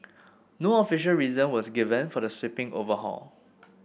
no official reason was given for the sweeping overhaul